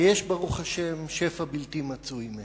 ויש ברוך השם שפע בלתי מצוי מהם.